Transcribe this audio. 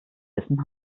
gewissen